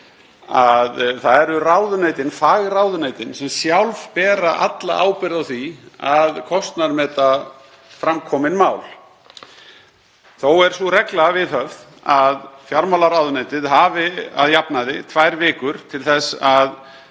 að það eru fagráðuneytin sem sjálf bera alla ábyrgð á því að kostnaðarmeta fram komin mál. Þó er sú regla viðhöfð að fjármálaráðuneytið hafi að jafnaði tvær vikur til að